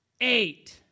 Eight